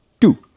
two